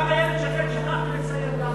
גם איילת שקד, שכחתי לציין גם.